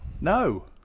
No